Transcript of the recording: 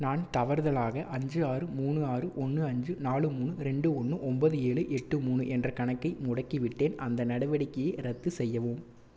நான் தவறுதலாக அஞ்சு ஆறு மூணு ஆறு ஒன்று அஞ்சு நாலு மூணு ரெண்டு ஒன்று ஒன்பது ஏழு எட்டு மூணு என்ற கணக்கை முடக்கிவிட்டேன் அந்த நடவடிக்கையை ரத்து செய்யவும்